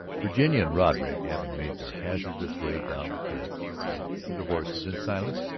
virginia and roderick, having made their hazardous way down the cliffs and to their horses in silence,